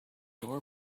ignore